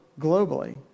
globally